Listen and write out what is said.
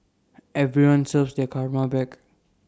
everyone serves their karma back